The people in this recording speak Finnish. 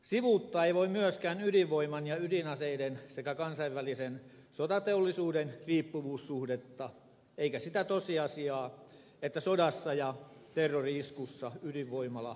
sivuuttaa ei voi myöskään ydinvoiman ja ydinaseiden sekä kansainvälisen sotateollisuuden riippuvuussuhdetta eikä sitä tosiasiaa että sodassa ja terrori iskussa ydinvoimala on herkkä kohde